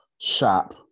shop